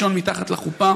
בגאווה.